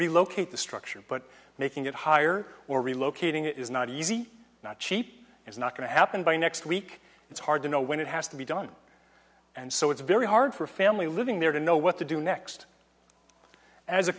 relocate the structure but making it higher or relocating it is not easy not cheap it's not going to happen by next week it's hard to know when it has to be done and so it's very hard for a family living there to know what to do next as a